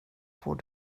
får